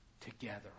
together